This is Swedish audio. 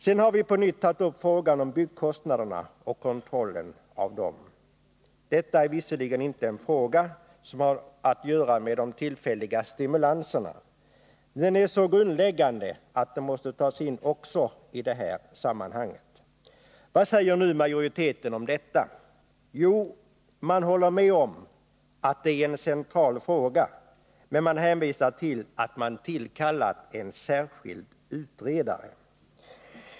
Sedan har vi på nytt tagit upp frågan om byggkostnaderna och kontrollen av dem. Detta är visserligen inte en fråga som har att göra med de tillfälliga stimulanserna — men den är så grundläggande att den måste tas in också i det här sammanhanget. Vad säger nu majoriteten om detta? Jo, man håller med om att det är en central fråga, men man hänvisar till att man tillkallat en särskild utredare.